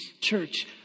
Church